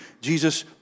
Jesus